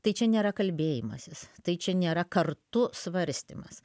tai čia nėra kalbėjimasis tai čia nėra kartu svarstymas